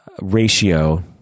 ratio